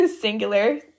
singular